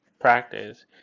practice